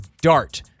dart